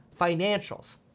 financials